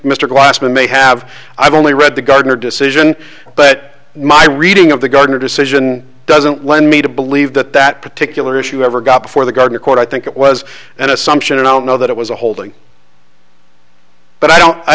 mr glassman may have i've only read the gardener decision but my reading of the gardner decision doesn't lead me to believe that that particular issue ever got before the gardner court i think it was an assumption and i don't know that it was a holding but i don't i